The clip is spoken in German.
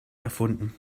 erfunden